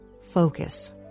focus